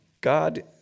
God